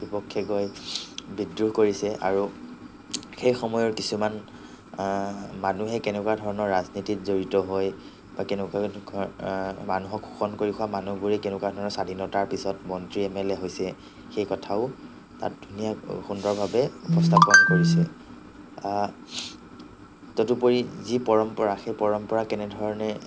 বিপক্ষে গৈ বিদ্ৰোহ কৰিছে আৰু সেই সময়ৰ কিছুমান মানুহে কেনেকুৱা ধৰণৰ ৰাজনীতিত জড়িত হৈ বা কেনেকুৱা কেনেকুৱা মানুহক শোষণ কৰি খোৱা মানুহবোৰে কেনেকুৱা ধৰণৰ স্বাধীনতাৰ পিছত মন্ত্ৰী এমেলে হৈছে সেই কথাও তাত ধুনীয়া সুন্দৰভাৱে উপস্থাপন কৰিছে তদুপৰি যি পৰম্পৰা সেই পৰম্পৰা কেনেধৰণে